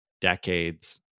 decades